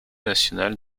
national